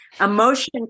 emotion